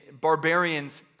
barbarians